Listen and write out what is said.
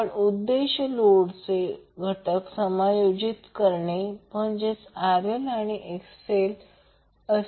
आपला उद्देश लोडचे घटक समायोजित करणे म्हणजेच RL आणि XL